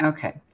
Okay